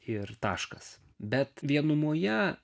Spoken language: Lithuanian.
ir taškas bet vienumoje